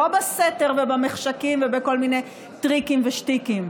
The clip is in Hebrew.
לא בסתר ובמחשכים ובכל מיני טריקים ושטיקים.